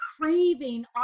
craving